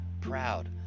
proud